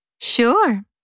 Sure